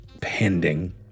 pending